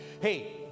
Hey